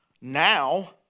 now